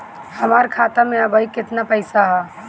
हमार खाता मे अबही केतना पैसा ह?